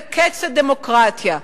וקץ הדמוקרטיה,